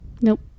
Nope